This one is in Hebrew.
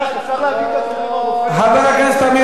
אפשר להזמין לו רופא?